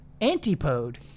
Antipode